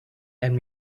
and